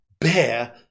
bear